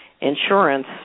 insurance